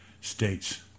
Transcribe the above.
states